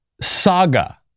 saga